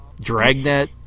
Dragnet